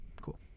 cool